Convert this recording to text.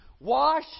wash